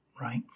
right